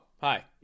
hi